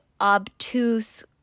obtuse